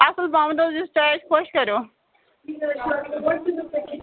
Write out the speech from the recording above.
اَصٕل پَہمَتھ حظ یُس تۄہہِ اَتہِ خۄش کَریو